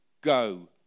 go